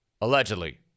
Allegedly